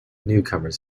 newcomers